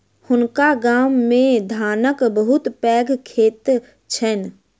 हुनका गाम मे धानक बहुत पैघ खेत छैन